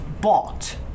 bought